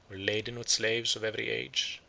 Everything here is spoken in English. were laden with slaves of every age,